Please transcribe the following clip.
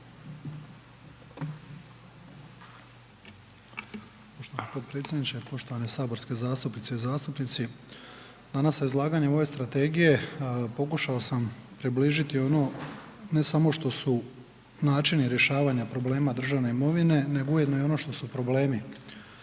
Poštovani potpredsjedniče, poštovane saborske zastupnice i zastupnici, danas sa izlaganjem ove strategije pokušao sam približiti ono, ne samo što su načini rješavanja problema državne imovine, nego ujedno i ono što su problemi